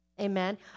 Amen